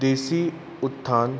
देसी उत्थान